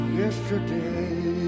yesterday